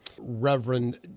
Reverend